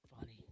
funny